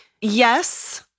Yes